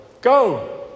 Go